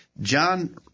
John